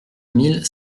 mille